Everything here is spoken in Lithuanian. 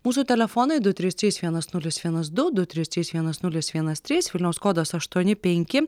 mūsų telefonai du trys trys vienas nulis vienas du du trys trys vienas nulis vienas trys vilniaus kodas aštuoni penki